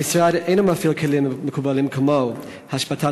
המשרד אינו מפעיל כלים מקובלים כמו השבתת